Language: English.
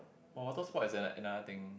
for water sport it's ano~ another thing